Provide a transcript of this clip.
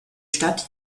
stadt